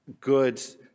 goods